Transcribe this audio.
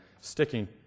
sticking